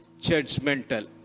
judgmental